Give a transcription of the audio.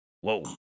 whoa